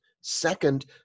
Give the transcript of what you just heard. second